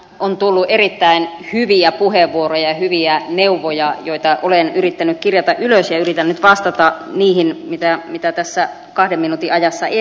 on tullut erittäin hyviä puheenvuoroja ja hyviä neuvoja joita olen yrittänyt kirjata ylös ja yritän nyt vastata niihin mitä tässä kahden minuutin ajassa ennätetään